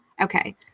Okay